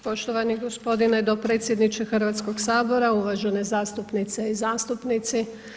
Poštovani gospodine dopredsjedniče Hrvatskog sabora, uvažene zastupnice i zastupnici.